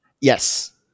Yes